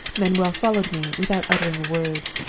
manuel followed me without uttering a word.